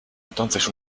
entonces